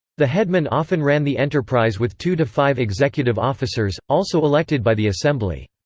the headman often ran the enterprise with two to five executive officers, also elected by the assembly.